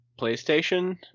PlayStation